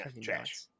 Trash